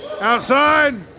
Outside